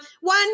One